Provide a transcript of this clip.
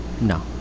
No